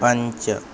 पञ्च